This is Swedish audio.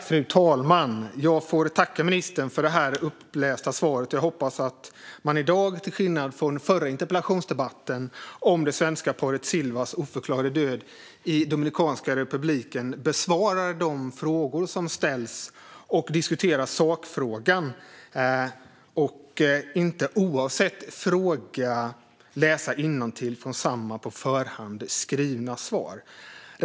Fru talman! Jag får tacka ministern för det upplästa interpellationssvaret. Jag hoppas att hon i dag, till skillnad från i den förra interpellationsdebatten om det svenska paret Silvas oförklarade död i Dominikanska republiken, besvarar de frågor som ställs och diskuterar sakfrågan i stället för att läsa innantill från samma på förhand skrivna svar oavsett vilka frågor som ställs.